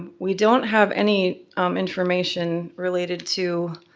we don't have any information related to